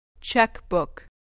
Checkbook